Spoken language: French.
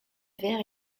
vert